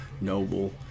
noble